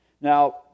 Now